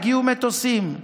הגיעו מטוסים,